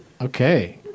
Okay